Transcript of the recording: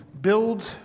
Build